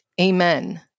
amen